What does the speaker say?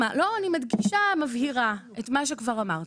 אני מדגישה ומבהירה את מה שכבר אמרתי.